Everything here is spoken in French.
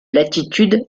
latitude